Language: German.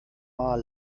mal